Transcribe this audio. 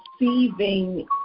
receiving